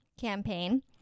campaign